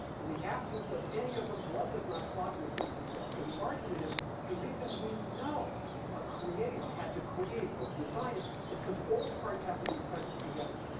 in the absence of any of them, blood does not clot, and the system fails. so the argument is the reason we know a creator had to create it, or design it, is because all the parts have to be present together.